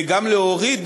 גם להוריד,